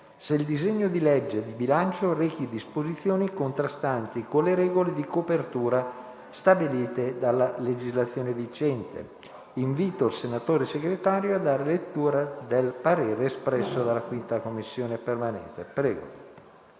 se il disegno di legge di bilancio rechi disposizioni contrastanti con le regole di copertura stabilite dalla legislazione vigente. Invito il senatore Segretario a dare lettura del parere espresso dalla 5a Commissione permanente.